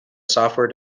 software